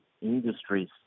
industries